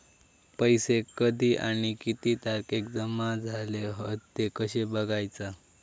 पैसो कधी आणि किती तारखेक जमा झाले हत ते कशे बगायचा?